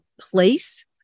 place